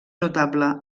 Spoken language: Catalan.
notable